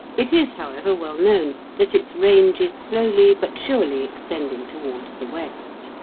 it is however well known that its range is slowly but surely extending towards the west.